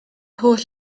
holl